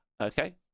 okay